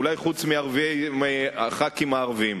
אולי חוץ מחברי הכנסת הערבים,